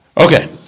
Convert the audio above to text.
Okay